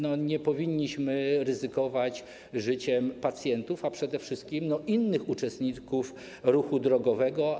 Nie powinniśmy ryzykować życiem pacjentów, a przede wszystkim innych uczestników ruchu drogowego.